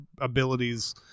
abilities –